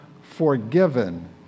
forgiven